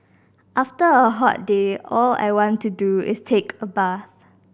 after a hot day all I want to do is take a bath